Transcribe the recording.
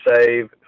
save